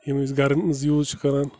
یِم أسۍ گَرَن منٛز یوٗز چھِ کَران